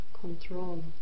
control